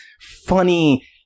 funny